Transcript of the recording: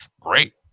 great